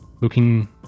Looking